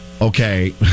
Okay